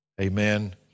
amen